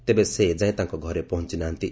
ତେବେ ସେ ଏଯାଏଁ ତାଙ୍କ ଘରେ ପହଞ୍ଚୁ ନାହାନ୍ତି